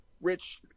Rich